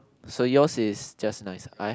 so yours is just nice I